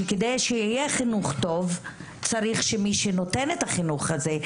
שכדי שיהיה חינוך טוב - צריך שמי שנותן את החינוך הזה,